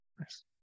Nice